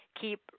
keep